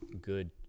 good